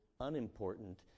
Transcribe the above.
unimportant